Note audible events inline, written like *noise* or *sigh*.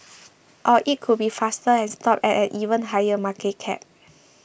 *noise* or it could be faster and stop at an even higher market cap